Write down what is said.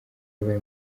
yabaye